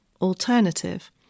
alternative